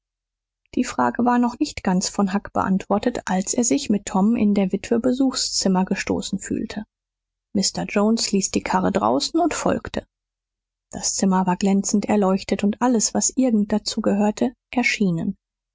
die frage war noch nicht ganz von huck beantwortet als er sich mit tom in der witwe besuchszimmer gestoßen fühlte mr jones ließ die karre draußen und folgte das zimmer war glänzend erleuchtet und alles was irgend dazu gehörte erschienen